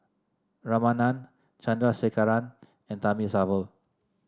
Ramanand Chandrasekaran and Thamizhavel